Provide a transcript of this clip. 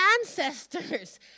ancestors